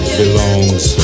belongs